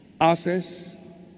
Access